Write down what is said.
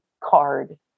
card